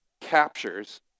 captures